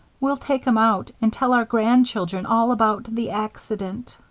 we'll take em out and tell our grandchildren all about the accident